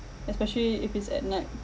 especially if it's at night